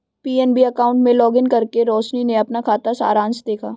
PNB account में login करके रोशनी ने अपना खाता सारांश देखा